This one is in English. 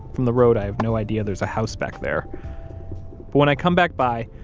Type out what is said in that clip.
from the road, i have no idea there's a house back there but when i come back by,